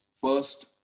First